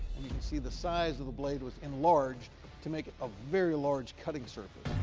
see the size of the blade was enlarged to make a very large cutting surface.